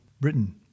Britain